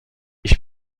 ich